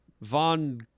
von